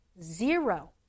Zero